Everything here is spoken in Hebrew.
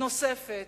נוספת,